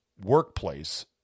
workplace